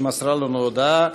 שמסרה לנו הודעה